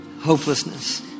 Hopelessness